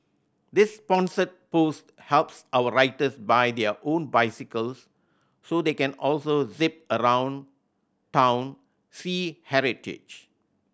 this sponsored post helps our writers buy their own bicycles so they can also zip around town see heritage